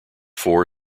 four